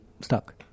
stuck